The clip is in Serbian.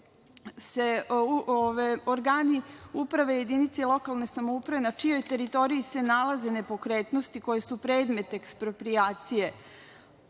će organi uprave i jedinice lokalne samouprave na čijoj teritoriji se nalaze nepokretnosti, koje su predmet eksproprijacije,